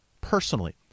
personally